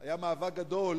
היה מאבק גדול